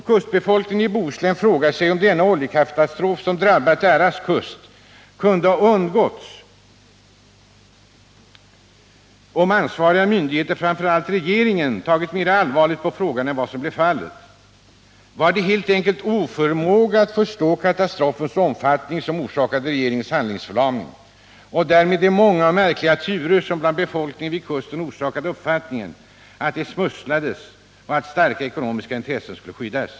Kustbefolkningen i Bohuslän frågar sig om den oljekatastrof som drabbat deras kust kunde ha undgåtts om ansvariga myndigheter, framför allt regeringen, tagit mera allvarligt på frågan än vad som blev fallet. Var det helt enkelt oförmåga att förstå katastrofens omfattning som orsakade regeringens handlingsförlamning och därmed de många och märkliga turer som bland befolkningen vid kusten orsakade uppfattningen att det smusslades och att starka ekonomiska intressen skulle skyddas?